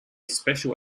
special